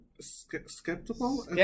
skeptical